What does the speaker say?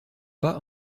pas